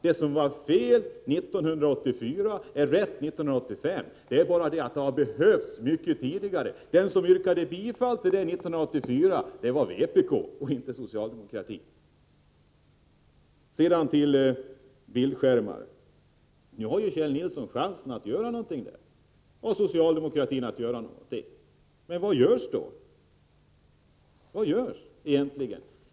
Det som var fel 1984 är rätt 1985. Men det hade behövts mycket tidigare. Den som yrkade bifall till förslaget 1984 var vpk och inte socialdemokratin. När det gäller bildskärmar har Kjell Nilsson och socialdemokratin chans att göra någonting. Men vad görs egentligen?